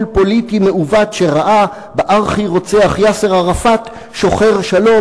פוליטי מעוות שראה בארכי-רוצח יאסר ערפאת שוחר שלום,